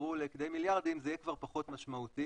ויצטברו לכדי מיליארדים זה כבר יהיה פחות משמעותי,